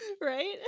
right